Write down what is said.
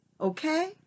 okay